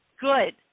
Good